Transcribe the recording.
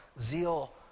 zeal